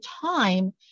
time